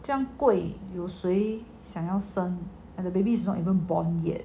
这样贵谁要生 and the baby is not even born yet